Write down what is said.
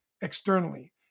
externally